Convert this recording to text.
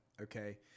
Okay